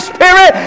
Spirit